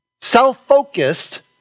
self-focused